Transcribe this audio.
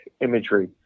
imagery